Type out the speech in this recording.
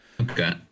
Okay